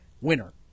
winner